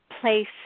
place